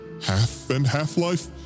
half-and-half-life